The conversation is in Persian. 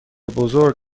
بزرگ